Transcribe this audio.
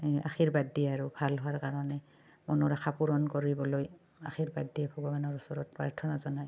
আশীৰ্বাদ দিয়ে আৰু ভাল হোৱাৰ কাৰণে মনৰ আশা পূৰণ কৰিবলৈ আশীৰ্বাদ দিয়ে ভগৱানৰ ওচৰত প্ৰাৰ্থনা জনায়